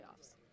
playoffs